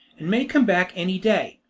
and may come back any day.